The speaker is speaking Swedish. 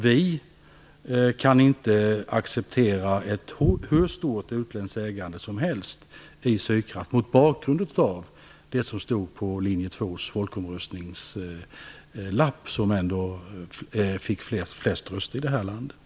Vi kan inte acceptera ett hur stort utländskt ägande som helst i Sydkraft mot bakgrund av det som stod på linje 2:s lapp i folkomröstningen. Den fick ju flest röster i det här landet.